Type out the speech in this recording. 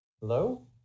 Hello